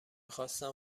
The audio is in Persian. خواستم